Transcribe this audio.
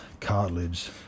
cartilage